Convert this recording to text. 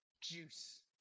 juice